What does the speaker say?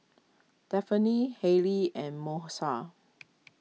Daphne Harley and Moesha